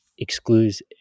excludes